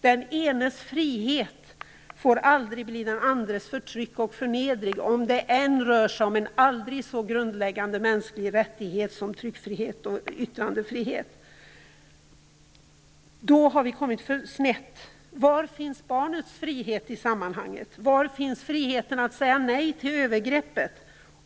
Den enes frihet får aldrig bli den andres förtryck och förnedring, om det än rör sig om en aldrig så grundläggande mänsklig rättighet som tryckfrihet och yttrandefrihet. Då har vi kommit snett. Var finns barnets frihet i sammanhanget? Var finns friheten att säga nej till övergreppet?